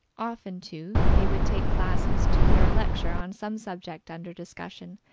often, too, they would take classes to hear a lecture on some subject under discussion,